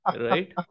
right